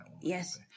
Yes